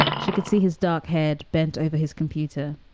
she could see his dark head bent over his computer.